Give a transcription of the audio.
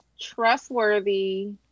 trustworthy